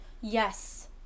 Yes